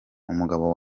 umugabo